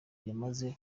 yamaze